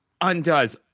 Undoes